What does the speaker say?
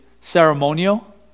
ceremonial